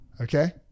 Okay